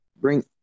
bring